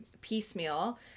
piecemeal